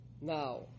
Now